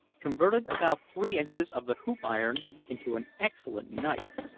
converted about three inches of the hoop-iron into an excellent knife.